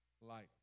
light